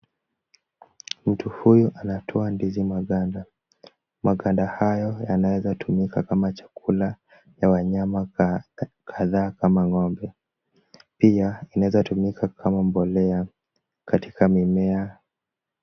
Mtu huyu anatoa ndizi maganda. Maganda hayo yanaweza tumika kama chakula ya wanyama kadhaa kama ng'ombe. Pia inaweza tumika kama mbolea katika mimea.